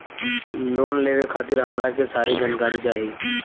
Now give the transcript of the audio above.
Loan लेवे खातीर हमरा के सारी जानकारी चाही?